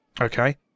Okay